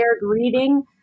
reading